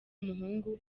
umuhungu